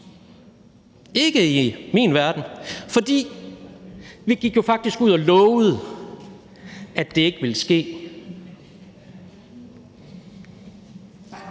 ikke i min verden. For vi gik jo faktisk ud og lovede, at det ikke ville ske.